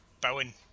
Bowen